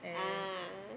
ah